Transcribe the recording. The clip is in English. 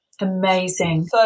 Amazing